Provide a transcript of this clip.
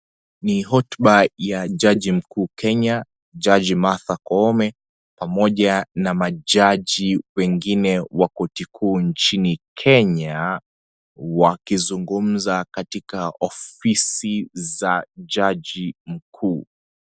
Ni hotuba ya jaji mkuu Kenya, jaji Martha Koome pamoja na majaji wengine wa koti kuu nchini Kenya wakizungumza katika ofisi za jaji mkuu.